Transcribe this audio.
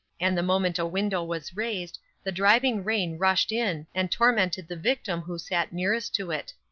and the moment a window was raised the driving rain rushed in and tormented the victim who sat nearest to it.